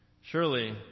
Surely